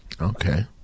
Okay